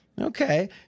Okay